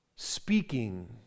speaking